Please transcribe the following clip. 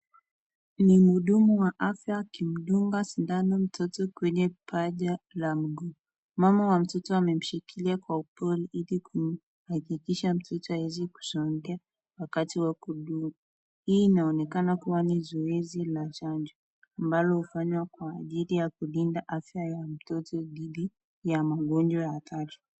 Ni mhudumu wa afya akimdunga sindano mtoto kwenye paja la mguu. Mama wa mtoto amemshikilia kwa upole ili kuhakikisha mtoto hawezi kusongea wakati wa kudungwa. Hii inaonekana kuwa ni zoezi la chanjo, ambalo hufanywa kulinda afya ya mtoto dhidi ya magonjwa hatari.